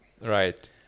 Right